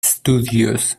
studios